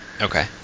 okay